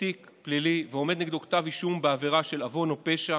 תיק פלילי ועומד נגדו כתב אישום בעבירה של עוון או פשע